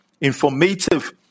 informative